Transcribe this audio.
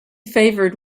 favoured